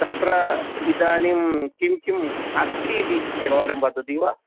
तत्र इदानीं किं किम् अस्ति इति एकवारं वदति वा